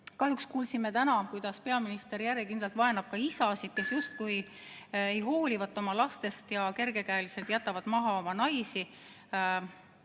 Kahjuks kuulsime täna, kuidas peaminister järjekindlalt vaenab ka isasid, kes justkui ei hoolivat oma lastest ja kergekäeliselt jätvat maha oma naisi.